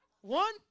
One